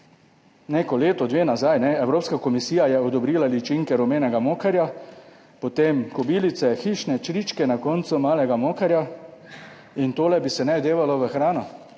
neko leto, dve nazaj, Evropska komisija je odobrila ličinke rumenega mokarja, potem kobilice, hišne čričke, na koncu malega mokarja in tole bi se naj devalo v hrano